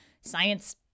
science